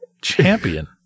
champion